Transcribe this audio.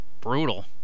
Brutal